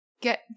get